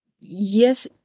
Yes